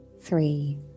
Three